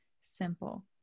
simple